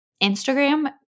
Instagram